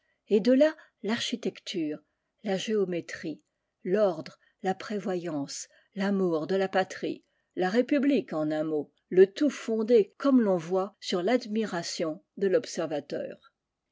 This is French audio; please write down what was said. et de là l'architecture la géométrie l'ordre la prévoyance l'amour de la patrie la république en un mot le tout fondé comme l'on voit sur l'admiration de servateur